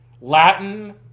Latin